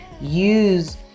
use